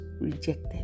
rejected